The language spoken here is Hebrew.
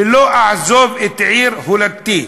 ולא אעזוב את עיר הולדתי,